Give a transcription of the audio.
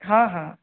ହଁ ହଁ